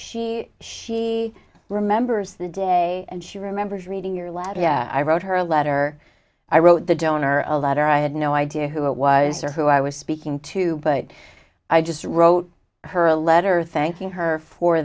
she she remembers the day and she remembers reading your letter yeah i wrote her a letter i wrote the donor a letter i had no idea who it wise or who i was speaking to but i just wrote her a letter thanking her for